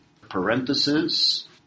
parenthesis